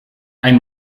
ein